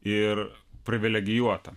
ir privilegijuota